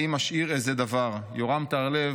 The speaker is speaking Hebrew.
/ האם אשאיר איזה דבר?" יורם טהרלב